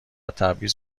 تبعیض